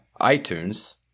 iTunes